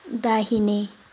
दाहिने